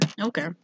Okay